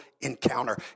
encounter